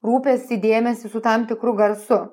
rūpestį dėmesį su tam tikru garsu